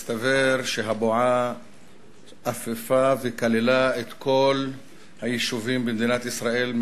והסתבר שהבועה אפפה וכללה את כל היישובים במדינת ישראל,